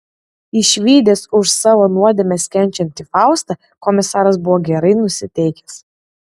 išvydęs už savo nuodėmes kenčiantį faustą komisaras buvo gerai nusiteikęs